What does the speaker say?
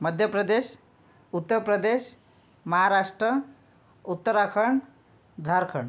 Madhya Pradesh Uttar Pradesh Maharashtra Uttarakhand Jharkhand